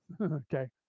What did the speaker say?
Okay